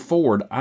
Ford